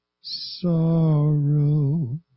sorrow